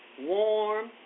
warm